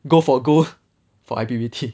go for gold for I_P_P_T